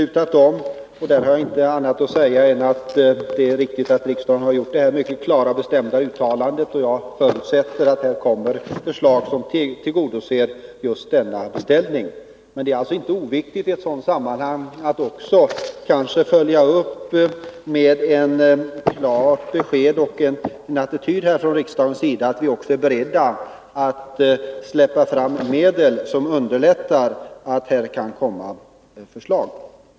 Jag har inget annat att säga än att det är riktigt att riksdagen gjort detta mycket klara och bestämda uttalande, och att jag förutsätter att det kommer ett förslag som tillgodoser denna beställning. Men det är i sammanhanget inte oviktigt att följa upp med klart besked om att vi från riksdagens sida också är beredda att släppa fram medel som underlättar ett sådant förslag.